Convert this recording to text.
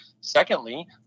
Secondly